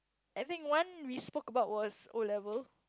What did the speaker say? I think one we spoke about was O-level